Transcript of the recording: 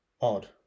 odd